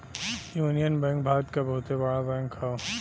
union bank Bharat क बहुते बड़ा बैंक हौ